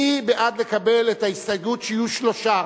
מי בעד לקבל את ההסתייגות שיהיו רק שלושה,